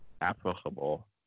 applicable